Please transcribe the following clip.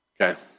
Okay